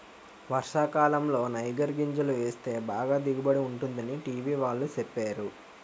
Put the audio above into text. వర్షాకాలంలో నైగర్ గింజలు వేస్తే బాగా దిగుబడి ఉంటుందని టీ.వి వాళ్ళు సెప్పేరు